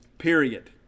period